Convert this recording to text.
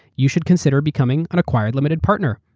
you should consider becoming an acquired limited partner.